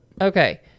Okay